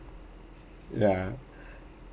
ya